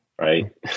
right